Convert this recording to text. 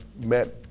met